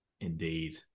Indeed